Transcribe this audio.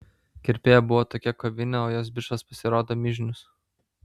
kirpėja buvo tokia kovinė o jos bičas pasirodo mižnius